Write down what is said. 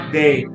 day